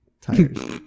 tires